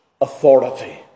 authority